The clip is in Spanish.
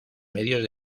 medios